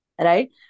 Right